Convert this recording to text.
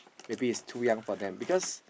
maybe it's too young for them because